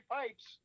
pipes